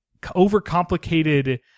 overcomplicated